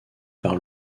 par